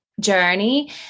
Journey